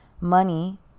Money